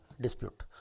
dispute